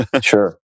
Sure